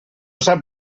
sap